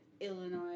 Illinois